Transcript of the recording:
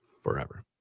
forever